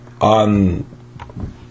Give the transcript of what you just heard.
on